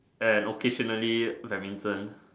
and occasionally badminton